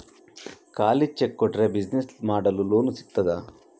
ಖಾಲಿ ಚೆಕ್ ಕೊಟ್ರೆ ಬಿಸಿನೆಸ್ ಮಾಡಲು ಲೋನ್ ಸಿಗ್ತದಾ?